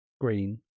green